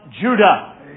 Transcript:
Judah